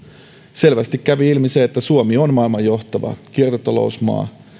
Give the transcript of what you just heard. selvästi kävi ilmi se että suomi on maailman johtava kiertotalousmaa